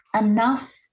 enough